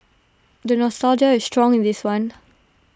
the nostalgia is strong in this one